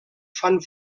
fan